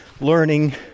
learning